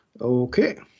okay